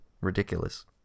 ridiculous